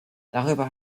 darüber